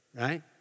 right